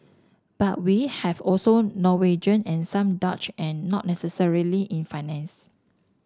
but we have also Norwegian and some Dutch and not necessarily in finance